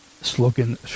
slogan